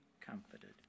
comforted